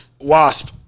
Wasp